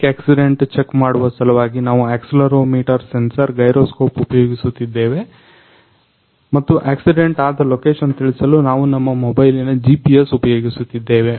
bike accident check ಮಾಡುವ ಸಲುವಾಗಿ ನಾವು ಆಕ್ಸಿಲೆರೊಮೀಟರ್ ಸೆನ್ಸರ್ ಗೈರೊಸ್ಕೋಪ್ ಉಪಯೋಗಿಸುತ್ತಿದ್ದೇವೆ ಮತ್ತು ಆಕ್ಸಿಡೆಂಟ್ ಆದ ಲೊಕೇಷನ್ ಕಳಿಸಲು ನಾವು ನಮ್ಮ ಮೊಬೈಲಿನ GPS ಉಪಯೋಗಿಸುತ್ತಿದ್ದೇವೆ